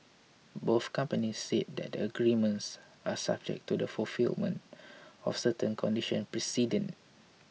both companies said that the agreements are subject to the fulfilment of certain conditions precedent